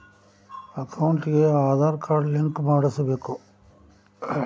ಅಕೌಂಟಿಗೆ Aadhaar card link ಮಾಡಿಸಬೇಕು?